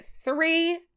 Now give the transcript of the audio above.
three